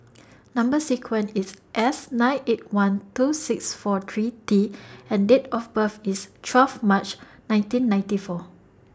Number sequence IS S nine eight one two six four three T and Date of birth IS twelve March nineteen ninety four